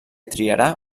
triarà